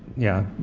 yeah,